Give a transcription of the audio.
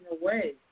away